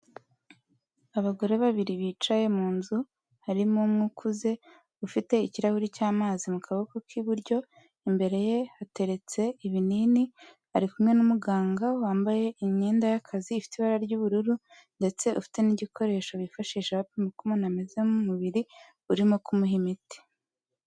Abagore babiri bicaye mu nzu, harimo umwe ukuze ufite ikirahuri cy'amazi mu kaboko ku iburyo, imbere ye hateretse ibinini, ari kumwe n'umuganga wambaye imyenda y'akazi ifite ibara ry'ubururu ndetse ufite n'igikoresho bifashisha bapima uko umuntu ameze mu mubiri, urimo kumuha imiti.